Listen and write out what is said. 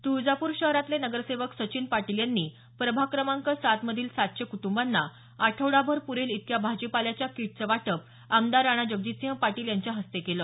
तुळजापूर शहरातले नगरसेवक सचिन पाटील यांनी प्रभाग क्रमांक सात मधील सातशे कुटुंबांना आठवडाभर पुरेल इतक्या भाजीपाल्याच्या किटचे वाटप आमदार राणा जगजितसिंह पाटील यांच्या हस्ते केलं